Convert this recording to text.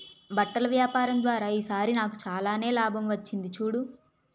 బట్టల వ్యాపారం ద్వారా ఈ సారి నాకు చాలానే లాభం వచ్చింది చూడు